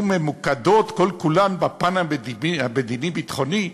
ממוקדות כל-כולן בפן המדיני-ביטחוני,